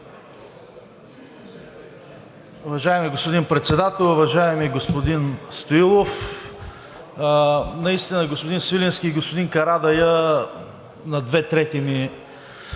Уважаеми господин Председател, уважаеми господин Стоилов! Наистина господин Свиленски и господин Карадайъ на две трети взеха